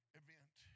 event